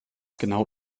genau